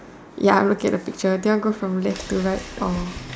ya I'm looking at the picture do you want to go from left to right or